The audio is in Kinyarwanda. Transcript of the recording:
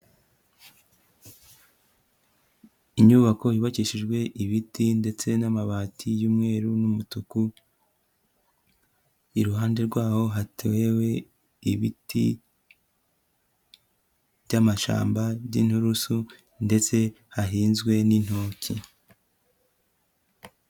Inyubako yubakishijwe ibiti ndetse n'amabati y'umweru n'umutuku, iruhande rwaho hatewe ibiti by'amashyamba, by'inturusu ndetse hahinzwe n'intoki.